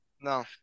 No